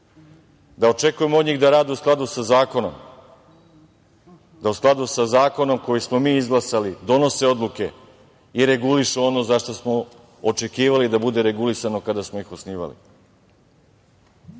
da očekujemo od njih da rade u skladu sa zakonom, da u skladu sa zakonom koji smo mi izglasali donose odluke i regulišu ono za šta smo očekivali da bude regulisano kada smo ih osnivali,